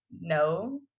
no